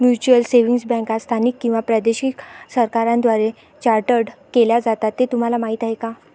Mutual savings बँका स्थानिक किंवा प्रादेशिक सरकारांद्वारे चार्टर्ड केल्या जातात हे तुम्हाला माहीत का?